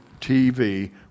TV